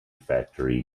factory